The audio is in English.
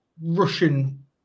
russian